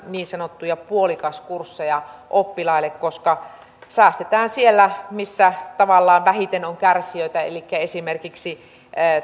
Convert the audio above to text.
niin sanottuja puolikaskursseja oppilaille koska säästetään siellä missä tavallaan vähiten on kärsijöitä elikkä esimerkiksi